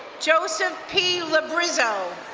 joseph p. labrizel.